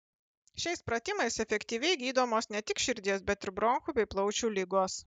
šiais pratimais efektyviai gydomos ne tik širdies bet ir bronchų bei plaučių ligos